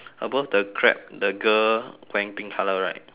above the crab the girl wearing pink colour right